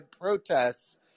protests